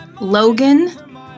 Logan